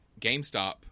GameStop